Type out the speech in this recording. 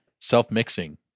self-mixing